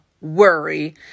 worry